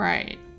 Right